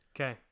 Okay